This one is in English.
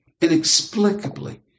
inexplicably